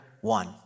one